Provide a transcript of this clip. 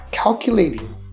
Calculating